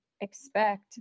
expect